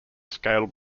scaled